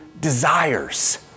desires